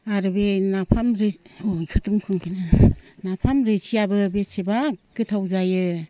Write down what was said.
आरो बे नाफाम अ बेखौथ' बुंखांबाय ना नाफाम रोसियाबो बेसेबा गोथाव जायो